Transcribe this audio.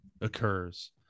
occurs